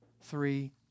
three